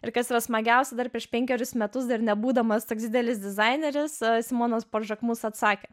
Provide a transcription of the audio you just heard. ir kas yra smagiausia dar prieš penkerius metus dar nebūdamas toks didelis dizaineris simonas por žakmus atsakė